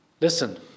Listen